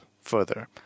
further